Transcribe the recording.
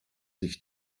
sich